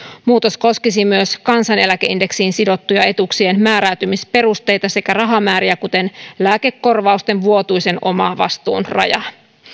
muutos koskisi myös kansaneläkeindeksiin sidottujen etuuksien määräytymisperusteita sekä rahamääriä kuten lääkekorvausten vuotuisen omavastuun rajaa